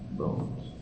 bones